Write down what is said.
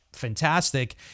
fantastic